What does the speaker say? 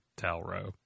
Talro